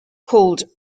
called